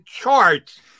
charts